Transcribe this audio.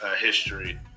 History